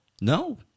No